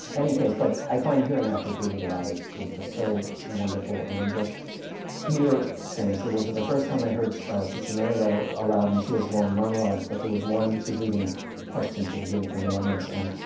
and case. but i find hearing actors read it aloud is is just so wonderful. and you just hear things. there was the first time i heard sister mary read aloud and she has long monologues. but there was one she's reading questions that are given from the audience. and